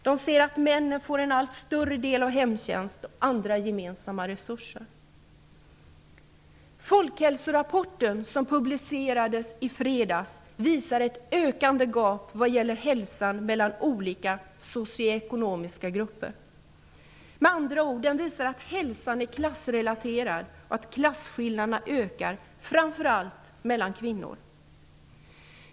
De ser att männen får en allt större del av hemtjänsten och av andra gemensamma resurser. Folkhälsorapporten, som publicerades i fredags, visar ett ökande gap vad gäller hälsan mellan olika socioekonomiska grupper. Med andra ord: den visar att hälsan är klassrelaterad och att klasskillnaderna ökar framför allt mellan kvinnor.